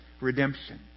redemption